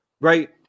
right